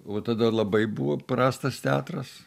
o tada labai buvo prastas teatras